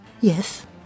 Yes